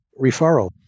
referral